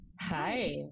Hi